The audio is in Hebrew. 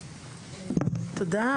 תודה,